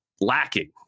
lacking